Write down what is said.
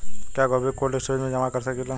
क्या गोभी को कोल्ड स्टोरेज में जमा कर सकिले?